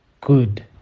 good